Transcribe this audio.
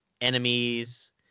enemies